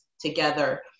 together